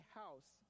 house